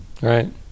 Right